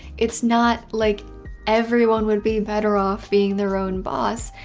it's not like everyone would be better off being their own boss.